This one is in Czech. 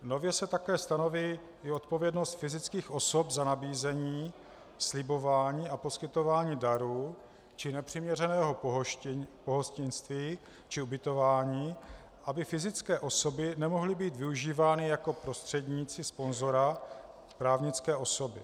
Nově se také stanoví i odpovědnost fyzických osob za nabízení, slibování a poskytování darů či nepřiměřeného pohostinství či ubytování, aby fyzické osoby nemohly být využívány jako prostředníci sponzora právnické osoby.